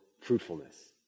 fruitfulness